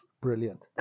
Brilliant